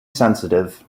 sensitive